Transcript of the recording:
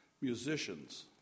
musicians